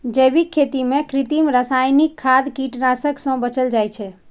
जैविक खेती मे कृत्रिम, रासायनिक खाद, कीटनाशक सं बचल जाइ छै